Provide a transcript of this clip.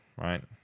right